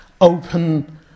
open